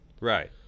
Right